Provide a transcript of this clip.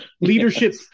leadership